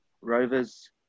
Rovers